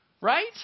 Right